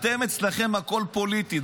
אצלכם הכול פוליטי.